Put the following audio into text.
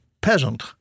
peasant